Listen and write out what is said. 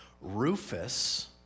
Rufus